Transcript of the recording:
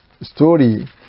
story